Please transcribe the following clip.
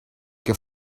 your